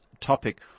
topic